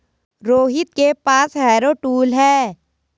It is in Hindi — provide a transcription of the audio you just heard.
रोहित के पास हैरो टूल है